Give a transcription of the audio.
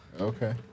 Okay